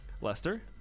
Lester